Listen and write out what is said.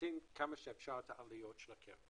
להקטין כמה שאפשר את העלויות של הקרן.